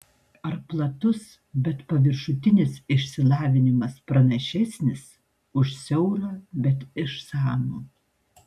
ar platus bet paviršutinis išsilavinimas pranašesnis už siaurą bet išsamų